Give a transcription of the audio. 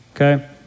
Okay